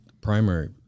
primary